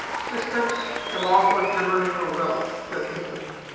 systems allow for generational wealth to accumulate,